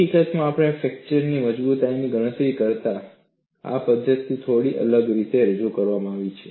હકીકતમાં આપણે ફ્રેક્ચરની મજબૂતાઈની ગણતરી કરતાં આ પદ્ધતિ થોડી અલગ રીતે રજૂ કરવામાં આવી છે